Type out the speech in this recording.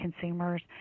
consumers